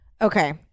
Okay